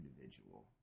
individual